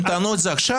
הם טענו את זה עכשיו.